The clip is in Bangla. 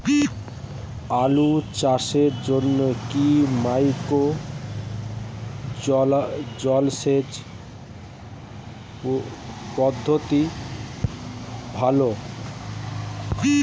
আলু চাষের জন্য কি মাইক্রো জলসেচ পদ্ধতি ভালো?